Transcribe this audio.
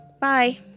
bye